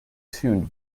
tuned